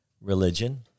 religion